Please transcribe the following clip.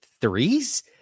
threes